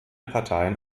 parteien